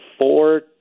four